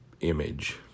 image